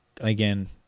again